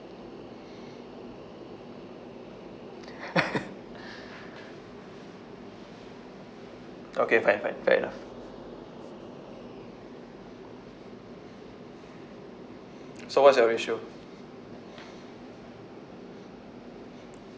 okay fine fine fair enough so what's your ratio